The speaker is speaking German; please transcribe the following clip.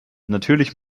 natürlich